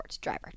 driver